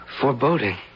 Foreboding